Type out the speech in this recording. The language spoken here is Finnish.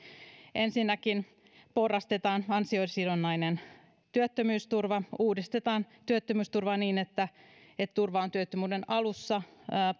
ensinnäkin porrastetaan ansiosidonnainen työttömyysturva uudistetaan työttömyysturvaa niin että turva on työttömyyden alussa